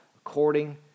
according